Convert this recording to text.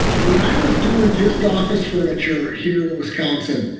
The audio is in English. when i was doing just office furniture here in wisconsin,